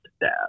dad